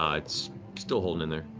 ah it's still holding in there.